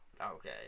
Okay